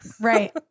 Right